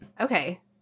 okay